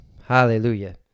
Hallelujah